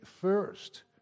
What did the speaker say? first